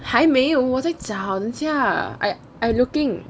还没有我在找等一下 I I'm looking